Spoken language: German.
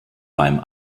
beim